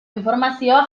informazioa